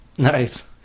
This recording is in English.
Nice